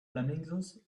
flamingos